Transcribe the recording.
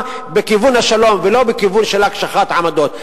בכיוון השלום ולא בכיוון של הקשחת עמדות.